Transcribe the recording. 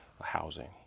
housing